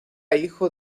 hijo